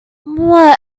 what